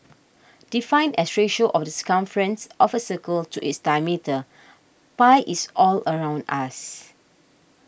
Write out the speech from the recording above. defined as ratio of the circumference of a circle to its diameter pi is all around us